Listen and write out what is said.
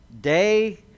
day